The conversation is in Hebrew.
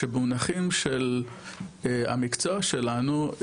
שבמונחים של המקצוע שלנו,